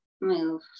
move